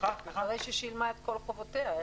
אחרי ששילמה את כל חובותיה.